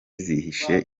zihishe